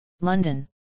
London